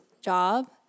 job